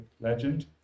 Legend